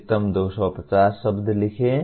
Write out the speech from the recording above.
अधिकतम 250 शब्द लिखें